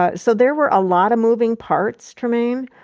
ah so there were a lot of moving parts, trymaine.